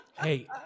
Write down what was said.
Hey